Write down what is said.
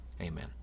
amen